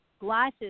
glasses